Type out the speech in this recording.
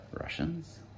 Russians